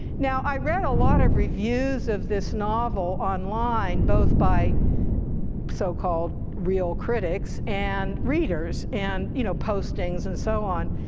now i read a lot of reviews of this novel online both by so-called real critics and readers, and you know postings and so on,